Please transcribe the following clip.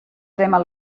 prémer